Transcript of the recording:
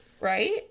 right